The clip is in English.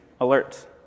alerts